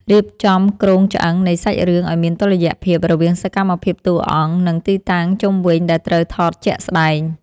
រៀបចំគ្រោងឆ្អឹងនៃសាច់រឿងឱ្យមានតុល្យភាពរវាងសកម្មភាពតួអង្គ និង ទីតាំងជុំវិញដែលត្រូវថតជាក់ស្ដែង។